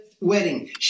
wedding